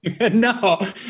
No